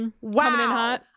wow